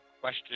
question